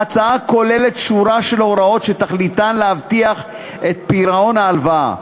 ההצעה כוללת שורה של הוראות שתכליתן להבטיח את פירעון ההלוואה.